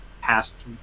past